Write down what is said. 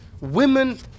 Women